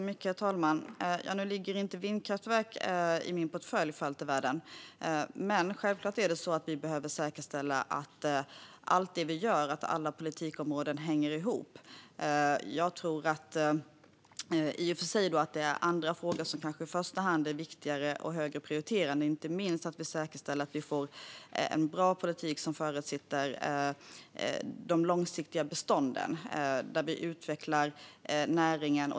Herr talman! Nu ligger inte vindkraftverk i min portfölj, men självklart behöver vi säkerställa att allt vi gör och alla politikområden hänger ihop. Jag tror i och för sig att andra frågor är viktigare och högre prioriterade, inte minst att vi säkerställer att vi får en bra politik som säkrar de långsiktiga bestånden och där vi utvecklar näringen.